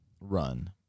run